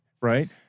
right